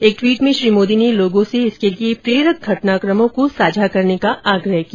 एक ट्वीट में श्री मोदी ने लोगों से इसके लिए प्रेरक घटनाक़मों को साझा करने का आग्रह किया